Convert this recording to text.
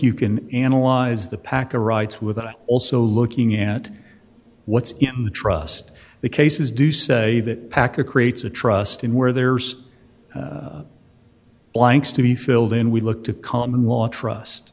you can analyze the packer rights without also looking at what's in the trust the cases do say that packer creates a trust in where there's blanks to be filled in we looked at common law trust